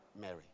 Mary